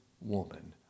woman